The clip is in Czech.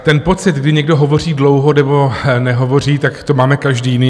Ten pocit, kdy někdo hovoří dlouho nebo nehovoří, to máme každý jiný.